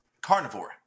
carnivore